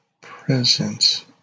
presence